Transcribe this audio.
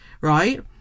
right